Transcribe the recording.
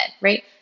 right